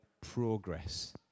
progress